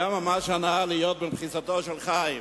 זאת היתה ממש הנאה להיות במחיצתו של חיים.